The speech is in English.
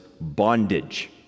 bondage